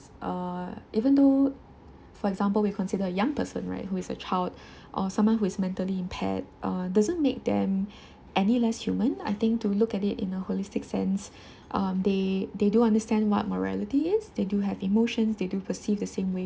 uh even though for example we consider a young person right who is a child or someone who is mentally impaired uh doesn't make them any less human I think to look at it in a holistic sense um they they do understand what morality is they do have emotions they do perceive the same way